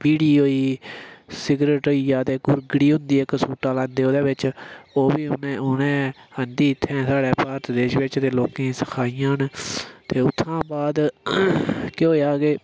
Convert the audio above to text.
बीड़ी होई सिग्रेट होई गेआ ते कुकड़ी होंदी इक सूटा लांदे ओह्दे बिच ओह् बी उ'नें उनें आंह्दी इत्थै साढ़े भारत देश बिच ते लोकें सखाइयां न ते उत्थुआं बाद केह् होएआ कि